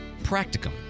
practicum